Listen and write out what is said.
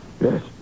Yes